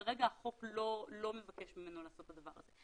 וכרגע החוק לא מבקש ממנו לעשות דבר כזה.